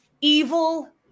evil